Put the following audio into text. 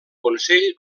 consell